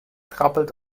krabbelt